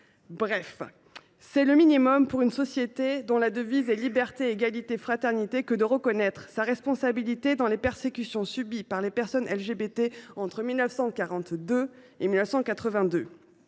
existence. Le minimum, pour une société dont la devise est « Liberté, égalité, fraternité », est de reconnaître sa responsabilité dans les persécutions subies par les personnes LGBT entre 1942 et 1982.